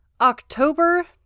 October